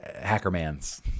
Hackerman's